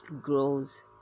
grows